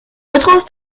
retrouve